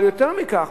אבל יותר מכך,